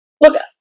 Look